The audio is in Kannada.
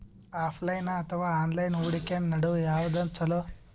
ಆಫಲೈನ ಅಥವಾ ಆನ್ಲೈನ್ ಹೂಡಿಕೆ ನಡು ಯವಾದ ಛೊಲೊ?